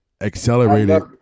accelerated